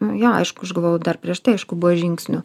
nu jo aišku aš galvojau dar prieš tai aišku buvo žingsnių